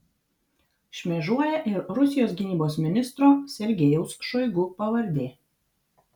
šmėžuoja ir rusijos gynybos ministro sergejaus šoigu pavardė